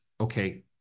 okay